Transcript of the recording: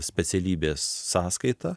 specialybės sąskaita